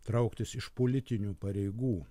trauktis iš politinių pareigų